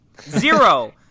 Zero